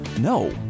No